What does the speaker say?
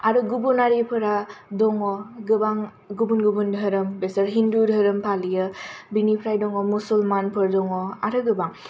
आरो गुबुनारिफोरा दङ गोबां गुबुन गुबुन धोरोम बेसोर हिन्दु धोरोम फालियो बेनिफ्राइ दङ मुसलमानफोर दङ आरो गोबां